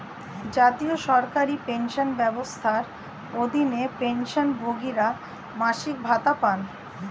জাতীয় সরকারি পেনশন ব্যবস্থার অধীনে, পেনশনভোগীরা মাসিক ভাতা পান